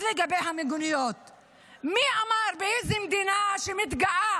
אז לגבי המיגוניות, מי אמר, באיזו מדינה שמתגאה